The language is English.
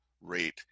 rate